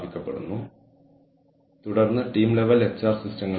അപ്പോൾ ഇവിടത്തെ നാലാമത്തെ സിദ്ധാന്തം ഏജൻസി അല്ലെങ്കിൽ ഇടപാട് ചെലവ് സിദ്ധാന്തമാണ്